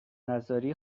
نذاری